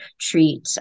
treat